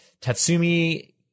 Tatsumi